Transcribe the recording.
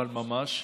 אבל ממש.